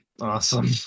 Awesome